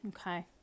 okay